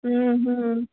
হুম হুম